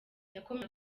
yakomeje